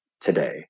today